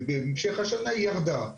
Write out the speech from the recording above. ובהמשך השנה היא ירדה.